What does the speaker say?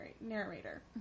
narrator